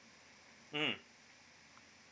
mm